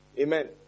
Amen